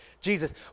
Jesus